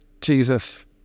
Jesus